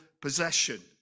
possession